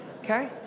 okay